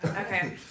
Okay